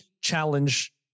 challenge